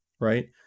right